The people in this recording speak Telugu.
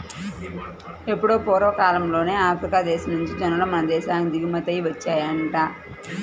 ఎప్పుడో పూర్వకాలంలోనే ఆఫ్రికా దేశం నుంచి జొన్నలు మన దేశానికి దిగుమతయ్యి వచ్చాయంట